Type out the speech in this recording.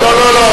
לא, לא, לא.